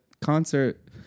concert